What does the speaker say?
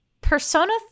Persona